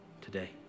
today